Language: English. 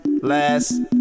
last